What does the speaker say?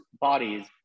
bodies